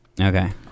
Okay